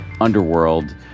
underworld